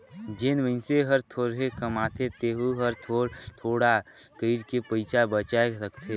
जेन मइनसे हर थोरहें कमाथे तेहू हर थोर थोडा कइर के पइसा बचाय सकथे